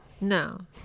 No